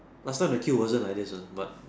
last time the queue wasn't like this ah but